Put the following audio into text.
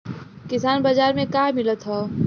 किसान बाजार मे का मिलत हव?